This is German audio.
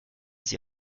sie